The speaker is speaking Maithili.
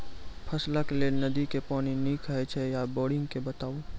फसलक लेल नदी के पानि नीक हे छै या बोरिंग के बताऊ?